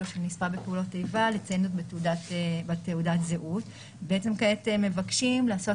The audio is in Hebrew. שנספה בפעולות איבה לציין את זה בתעודת הזהות וכעת מבקשים לעשות